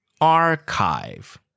archive